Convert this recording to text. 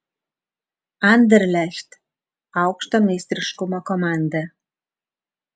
anderlecht aukšto meistriškumo komanda